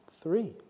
Three